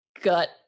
gut